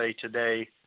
Today